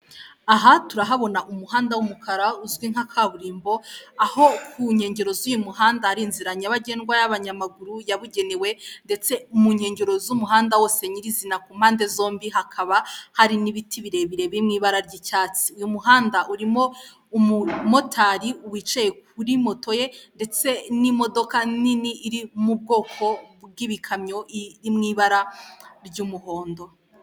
Aha turahabona umuhanda w'umukara uzwi nka kaburimbo, aho ku nkengero z'uyu muhanda hari inzira nyabagendwa y'abanyamaguru yabugenewe ndetse mu nkengero z'umuhanda wose nyirizina ku mpande zombi hakaba hari n'ibiti birebire biri mu ibara ry'icyatsi. Uyu muhanda urimo umumotari wicaye kuri moto ye ndetse n'imodoka nini iri mu bwoko bw'ibikamyo iri mu ibara ry'umuhondo.